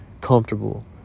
comfortable